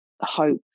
hope